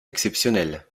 exceptionnelle